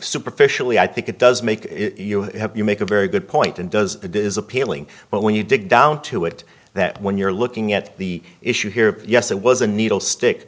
superficially i think it does make you make a very good point and does that is appealing but when you dig down to it that when you're looking at the issue here yes it was a needle stick